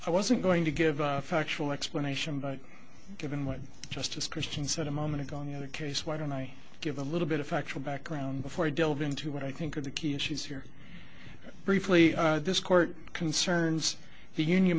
i wasn't going to give a factual explanation but given what justice christian said a moment ago on the other case why don't i give a little bit of factual background before i delve into what i think are the key issues here briefly this court concerns the union